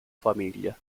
famiglia